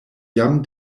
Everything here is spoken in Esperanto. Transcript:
jam